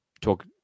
talk